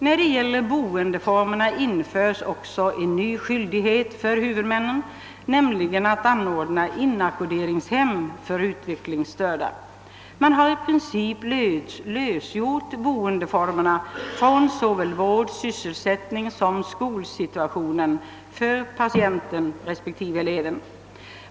När det gäller boendeformerna införs också en ny skyldighet för huvudmännen, nämligen att anordna inackorderingshem för utvecklingsstörda. Man har i princip lösgjort boendeformerna från såväl vård-, sysselsättningssom skolsituationen för patienten respektive eleven.